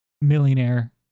Millionaire